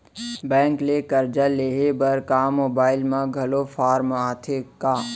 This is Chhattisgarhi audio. बैंक ले करजा लेहे बर का मोबाइल म घलो फार्म आथे का?